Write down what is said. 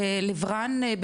לב-רן,